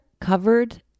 covered